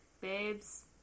babes